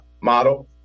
model